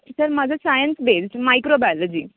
कित्याक म्हजो science base micro biology